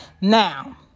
Now